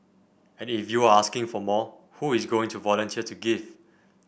and if you are asking for more who is going to volunteer to give